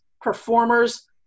performers